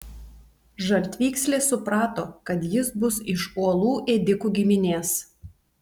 žaltvykslė suprato kad jis bus iš uolų ėdikų giminės